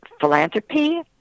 philanthropy